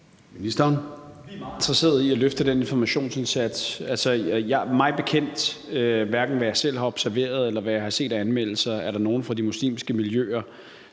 meget interesseret i at løfte den informationsindsats. Mig bekendt er der, hverken ud fra hvad jeg selv har observeret, eller ud fra hvad jeg har set af anmeldelser, nogen fra de muslimske miljøer,